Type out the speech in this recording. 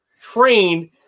trained